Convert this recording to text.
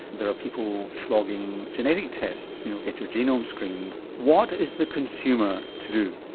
there are people flogging genetic tests, you know get your genome screened. what is the consumer to do?